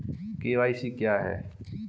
KYC क्या है?